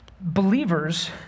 Believers